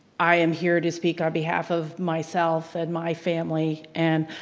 i am here to speak on behalf of myself and my family and